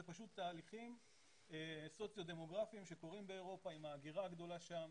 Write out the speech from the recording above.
אלה פשוט תהליכים סוציו-דמוגרפיים שקורים באירופה עם ההגירה הגדולה שם,